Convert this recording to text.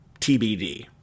TBD